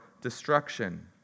destruction